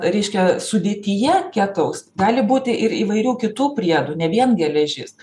reiškia sudėtyje ketaus gali būti ir įvairių kitų priedų ne vien geležis